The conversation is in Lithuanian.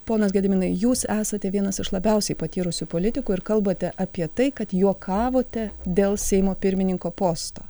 ponas gediminai jūs esate vienas iš labiausiai patyrusių politikų ir kalbate apie tai kad juokavote dėl seimo pirmininko posto